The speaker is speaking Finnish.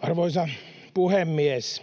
Arvoisa puhemies!